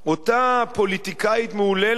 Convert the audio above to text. אותה פוליטיקאית מהוללת,